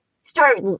start